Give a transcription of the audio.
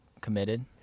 committed